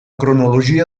cronologia